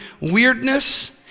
weirdness